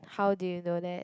how do you know that